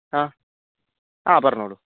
ആ ആ പറഞ്ഞോളൂ